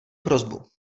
prosbu